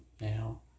Now